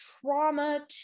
trauma